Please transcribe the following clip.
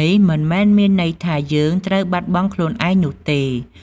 នេះមិនមែនមានន័យថាយើងត្រូវបាត់បង់ខ្លួនឯងនោះទេ